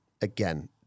again